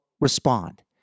respond